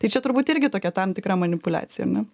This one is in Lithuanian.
tai čia turbūt irgi tokia tam tikra manipuliacija ar ne